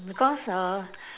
because uh